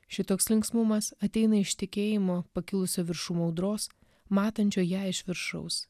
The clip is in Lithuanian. šitoks linksmumas ateina iš tikėjimo pakilusio viršum audros matančio ją iš viršaus